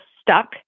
stuck